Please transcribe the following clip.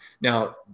now